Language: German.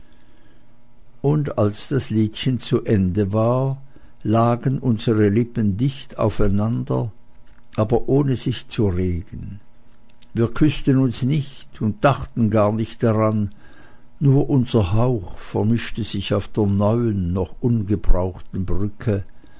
und als das liedchen zu ende war lagen unsere lippen dicht aufeinander aber ohne sich zu regen wir küßten uns nicht und dachten gar nicht daran nur unser hauch vermischte sich auf der neuen noch ungebrauchten brücke